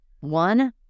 One